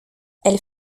elle